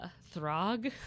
Throg